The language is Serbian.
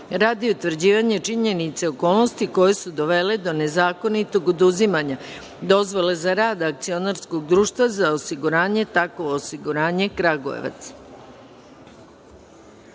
radi utvrđivanja činjenica i okolnosti koje su dovele do nezakonitog oduzimanja dozvole za rad Akcionarskog društva za osiguranje "Takovo osiguranje",